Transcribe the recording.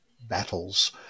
battles